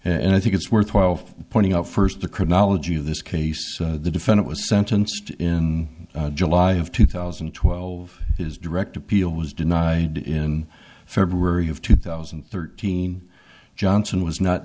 and i think it's worthwhile pointing out first the chronology of this case the defendant was sentenced in july of two thousand and twelve is direct appeal was denied in february of two thousand and thirteen johnson was not